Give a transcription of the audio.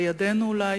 בידינו אולי,